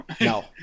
No